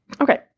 Okay